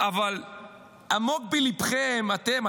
אבל עמוק בליבכם אתם,